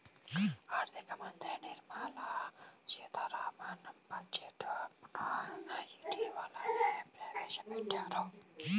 ఆర్ధిక మంత్రి నిర్మలా సీతారామన్ బడ్జెట్ ను ఇటీవలనే ప్రవేశపెట్టారు